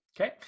Okay